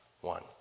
one